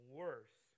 worse